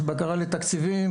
יש בקרה לתקציבים,